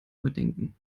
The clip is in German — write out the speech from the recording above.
überdenken